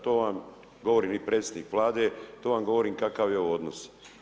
To vam govorim i predsjednik Vlade, to vam govorim kakav je ovo odnos.